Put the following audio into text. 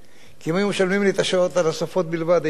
כי אם היו משלמים לי את השעות הנוספות בלבד הייתי עשיר.